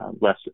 less